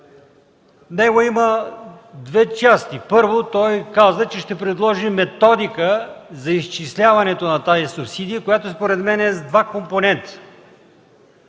него има две части. Първо, той казва, че ще предложи методика за изчисляването на тази субсидия, която според мен е с два компонента.